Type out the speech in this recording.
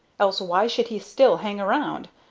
else why should he still hang around,